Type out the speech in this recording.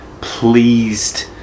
pleased